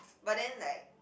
but then like